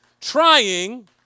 Trying